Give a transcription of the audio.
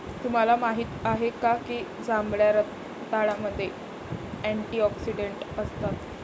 तुम्हाला माहित आहे का की जांभळ्या रताळ्यामध्ये अँटिऑक्सिडेंट असतात?